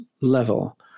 level